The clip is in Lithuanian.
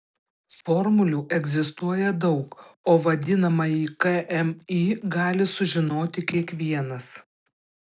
formulių egzistuoja daug o vadinamąjį kmi gali sužinoti kiekvienas